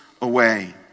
away